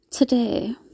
Today